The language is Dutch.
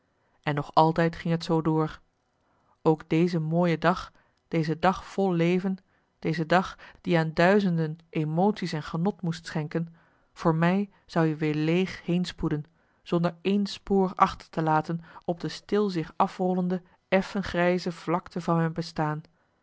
en nog altijd ging het zoo door ook deze mooie dag deze dag vol leven deze dag die ann duizenden emotie's en genot moest schenken voor mij zou i weer leeg heen spoeden zonder één spoor achter te laten op de stil zich afrollende effen grijze vlakte van mijn bestaan